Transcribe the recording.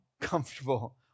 comfortable